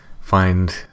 find